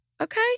Okay